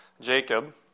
Jacob